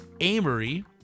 Amory